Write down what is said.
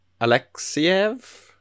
Alexiev